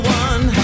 one